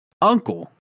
uncle